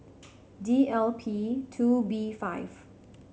D L P two B five